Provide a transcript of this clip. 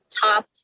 top